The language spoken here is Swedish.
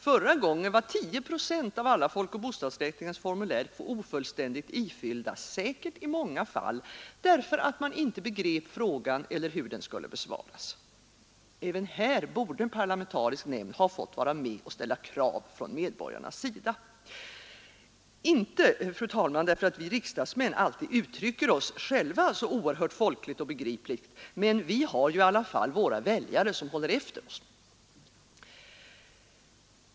Förra gången var 10 procent av alla folkoch bostadsräkningens formulär ofullständigt ifyllda, säkert i många fall därför att man inte begrep frågan eller hur den skulle besvaras. Även här borde en parlamentarisk nämnd ha fått vara med och ställa krav från medborgarnas sida — inte, fru talman, därför att vi riksdagsmän alltid själva uttrycker oss så oerhört folkligt och begripligt, men vi har ju i alla fall våra väljare som håller efter oss!